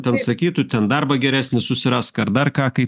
sakytų ten darbą geresnį susirask ar dar ką kai